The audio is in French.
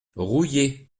rouillé